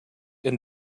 and